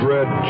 Red